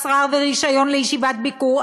אשרה ורישיון לישיבת ביקור,